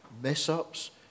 mess-ups